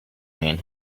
man